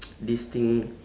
this thing